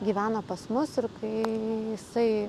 gyvena pas mus ir kai jisai